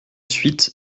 suite